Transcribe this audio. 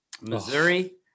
missouri